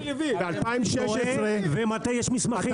ב-2016 היה מסמך.